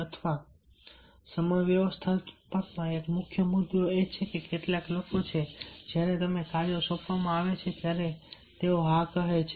અથવા સમય વ્યવસ્થાપનમાં એક મુખ્ય મુદ્દો એ છે કે કેટલાક લોકો છે જ્યારે તેમને કાર્યો સોંપવામાં આવે ત્યારે તેઓ હા કહે છે